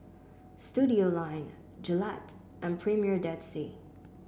Studioline Gillette and Premier Dead Sea